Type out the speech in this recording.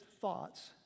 thoughts